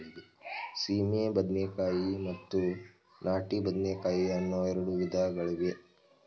ಸೀಮೆ ಬದನೆಕಾಯಿ ಮತ್ತು ನಾಟಿ ಬದನೆಕಾಯಿ ಅನ್ನೂ ಎರಡು ವಿಧಗಳಿವೆ